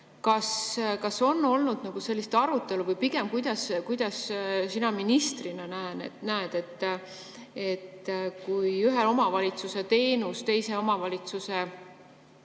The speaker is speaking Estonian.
Kas on olnud sellist arutelu või pigem, kuidas sina ministrina näed, kui ühe omavalitsuse teenus teise omavalitsuse